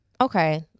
okay